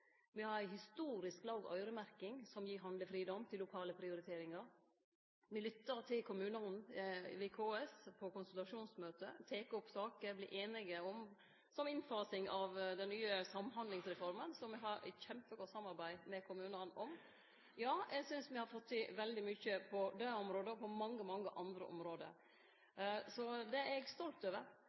Me har ei historisk låg øyremerking, som gir handlefridom til lokale prioriteringar. Me lyttar til kommunane, ved KS, på konstellasjonsmøte. Me tek opp og vert einige om saker, som innfasinga av den nye Samhandlingsreforma, som me har eit kjempegodt samarbeid med kommunane om. Ja, eg synest me har fått til veldig mykje på det området og på mange, mange andre område. Så det er eg stolt over.